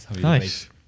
Nice